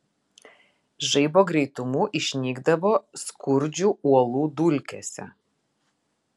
žaibo greitumu išnykdavo skurdžių uolų dulkėse